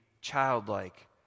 childlike